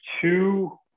two